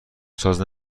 ساز